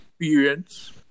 experience